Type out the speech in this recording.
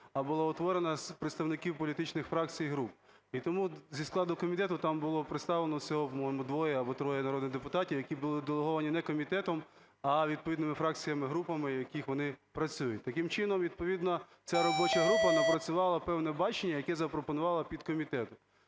а була утворена з представників політичних фракцій і груп. І тому зі складу комітету там було представлено всього двоє або троє народних депутатів, які були делеговані не комітетом, а відповідними фракціями, групами, в яких вони працюють. Таким чином, відповідна ця робоча група напрацювала певне бачення, яке запропонувала підкомітету.